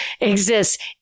exists